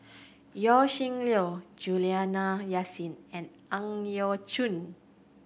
Yaw Shin Leong Juliana Yasin and Ang Yau Choon